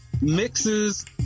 Mixes